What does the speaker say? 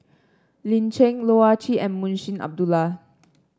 Lin Chen Loh Ah Chee and Munshi Abdullah